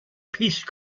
peace